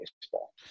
baseball